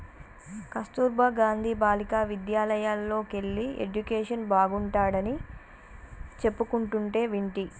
కస్తుర్బా గాంధీ బాలికా విద్యాలయల్లోకెల్లి ఎడ్యుకేషన్ బాగుంటాడని చెప్పుకుంటంటే వింటి